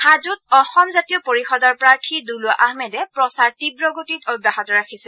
হাজোত অসম জাতীয় পৰিষদ প্ৰাৰ্থী দুলু আহমেদে প্ৰচাৰ তীৱ গতিত অব্যাহত ৰাখিছে